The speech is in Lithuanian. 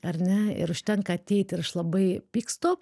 ar ne ir užtenka ateiti ir aš labai pykstu